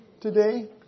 today